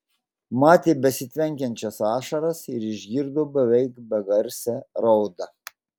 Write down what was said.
matė besitvenkiančias ašaras ir išgirdo beveik begarsę raudą